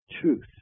truth